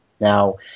Now